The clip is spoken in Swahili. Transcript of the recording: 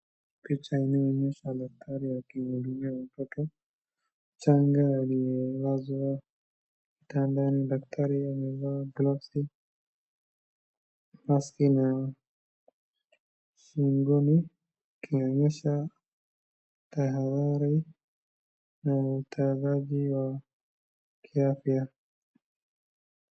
Picha hii inaonyesha daktari aki mhudumia mtoto changa aliyelazwa kitandani. Daktari amevaa glovesi, maski na shingoni kionyesha tahadhari na utajari wa kiafya.